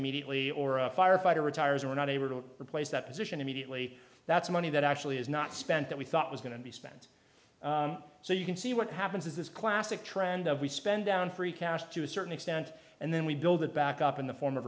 immediately or a firefighter retires or we're not able to replace that position immediately that's money that actually is not spent that we thought was going to be spent so you can see what happens is this classic trend of we spend down free cash to a certain extent and then we build it back up in the form of